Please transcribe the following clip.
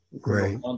great